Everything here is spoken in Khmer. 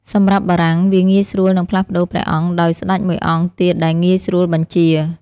សម្រាប់បារាំង វាងាយស្រួលនឹងផ្លាស់ប្ដូរព្រះអង្គដោយស្ដេចមួយអង្គទៀតដែលងាយស្រួលបញ្ជា។